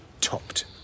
topped